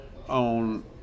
On